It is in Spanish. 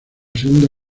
segunda